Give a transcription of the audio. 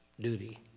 Duty